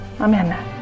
amen